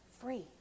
free